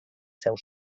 seus